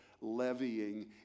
levying